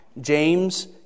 James